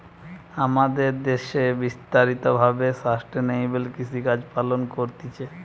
আমাদের দ্যাশে বিস্তারিত ভাবে সাস্টেইনেবল কৃষিকাজ পালন করতিছে